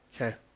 Okay